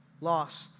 lost